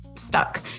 stuck